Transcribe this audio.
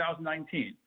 2019